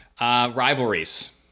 Rivalries